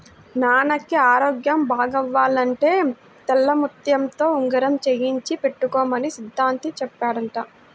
నాన్నకి ఆరోగ్యం బాగవ్వాలంటే తెల్లముత్యంతో ఉంగరం చేయించి పెట్టుకోమని సిద్ధాంతి చెప్పాడంట